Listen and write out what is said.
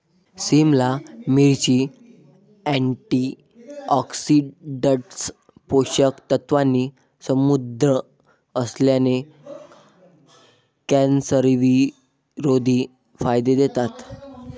सिमला मिरची, अँटीऑक्सिडंट्स, पोषक तत्वांनी समृद्ध असल्याने, कॅन्सरविरोधी फायदे देतात